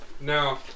no